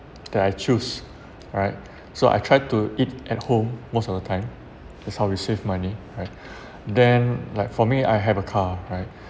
okay I choose right so I try to eat at home most of the time that's how I save money right then like for me I have a car right